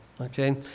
okay